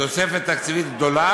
תוספת תקציבית גדולה,